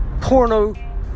porno